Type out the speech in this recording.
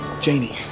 Janie